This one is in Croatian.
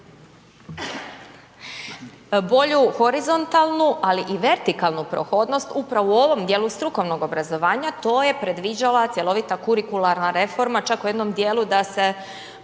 Bolju horizontalnu, ali i vertikalnu prohodnost upravo u ovom dijelu strukovnog obrazovanja. To je predviđala cjelovita kurikularna reforma, čak i u jednom dijelu da se